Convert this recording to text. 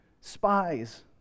spies